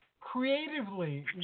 creatively